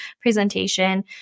presentation